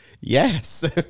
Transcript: yes